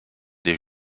des